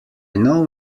know